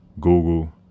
Google